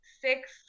six